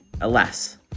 Alas